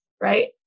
right